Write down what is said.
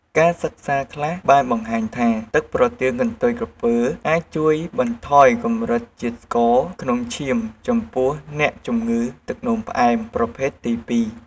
ការសិក្សាខ្លះបានបង្ហាញថា ទឹកប្រទាលកន្ទុយក្រពើអាចជួយបន្ថយកម្រិតជាតិស្ករក្នុងឈាមចំពោះអ្នកជំងឺទឹកនោមផ្អែមប្រភេទទី ២។